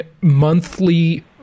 monthly